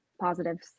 positives